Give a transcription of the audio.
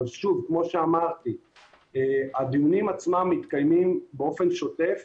אבל כמו שאמרתי, הדיונים עצמם מתקיימים באופן שוטף